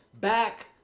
back